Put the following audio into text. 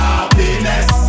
Happiness